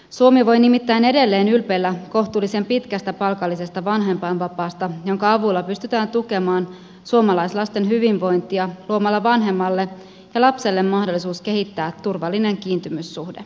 suomi voi nimittäin edelleen ylpeillä kohtuullisen pitkällä palkallisella vanhempainvapaalla jonka avulla pystytään tukemaan suomalaislasten hyvinvointia luomalla vanhemmalle ja lapselle mahdollisuus kehittää turvallinen kiintymyssuhde